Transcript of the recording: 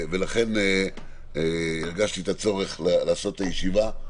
לכן הרגשתי את הצורך לעשות את הישיבה,